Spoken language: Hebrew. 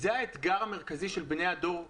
זה האתגר המרכזי של בני הדור שלנו,